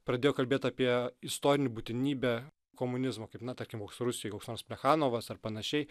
pradėjo kalbėt apie istorinę būtinybę komunizmo kaip na tarkim koks rusijai koks nors plechanovas ar panašiai